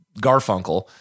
Garfunkel